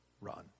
run